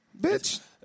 Bitch